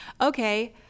Okay